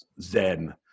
zen